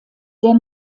der